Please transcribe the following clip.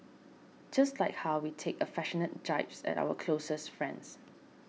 just like how we take affectionate jibes at our closest friends